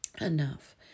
enough